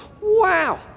Wow